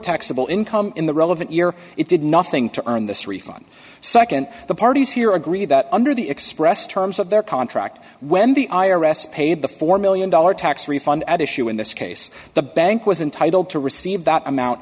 taxable income in the relevant year it did nothing to earn this refund nd the parties here agree that under the expressed terms of their contract when the i r s paid the four million dollars tax refund at issue in this case the bank was entitle to receive that amount